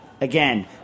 again